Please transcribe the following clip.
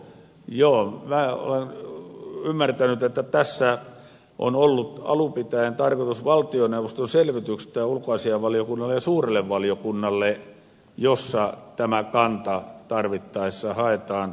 joo minä olen ymmärtänyt että tässä on ollut alun pitäen kyse valtioneuvoston selvityksestä ulkoasiainvaliokunnalle ja suurelle valiokunnalle jossa tämä kanta tarvittaessa haetaan